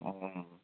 ओ